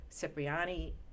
Cipriani